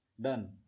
done